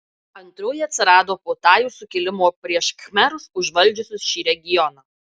antroji atsirado po tajų sukilimo prieš khmerus užvaldžiusius šį regioną